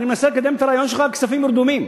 אני מנסה לקדם את הרעיון שלך על כספים רדומים.